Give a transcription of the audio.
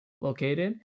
located